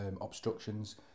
obstructions